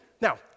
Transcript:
Now